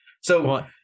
So-